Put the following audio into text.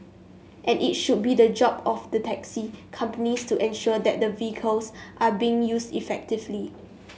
and it should be the job of the taxi companies to ensure that the vehicles are being used effectively